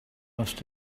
must